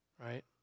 right